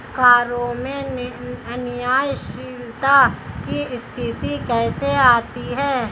करों में न्यायशीलता की स्थिति कैसे आती है?